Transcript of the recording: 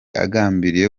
agambiriye